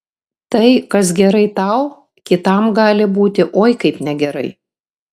tai kas gerai tau kitam gali būti oi kaip negerai